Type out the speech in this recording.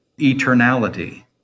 eternality